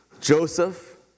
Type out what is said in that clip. Joseph